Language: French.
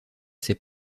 ces